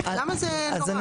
למה זה כל כך נוראי?